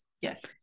Yes